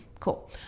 Cool